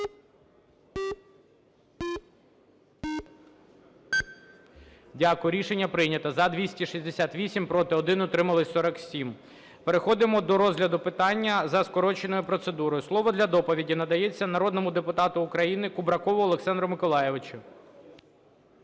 Дякую. Рішення прийнято. За – 268. Проти – 1. Утримались – 47. Переходимо до розгляду питання за скороченою процедурою. Слово для доповіді надається народному депутату України Кубракову Олександру Миколайовичу.